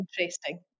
interesting